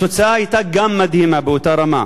התוצאה היתה מדהימה באותה רמה,